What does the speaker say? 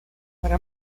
para